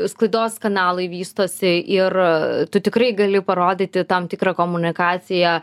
sklaidos kanalai vystosi ir tu tikrai gali parodyti tam tikrą komunikaciją